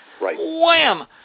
Wham